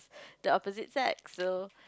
the opposite sex so